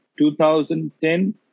2010